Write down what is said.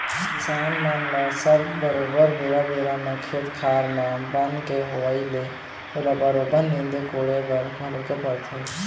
किसान मन ल सब बरोबर बेरा बेरा म खेत खार म बन के होवई ले ओला बरोबर नींदे कोड़े बर घलोक परथे